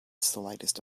slightest